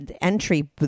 entry